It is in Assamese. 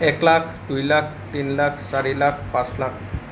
একলাখ দুইলাখ তিনিলাখ চাৰিলাখ পাঁচলাখ